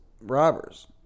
robbers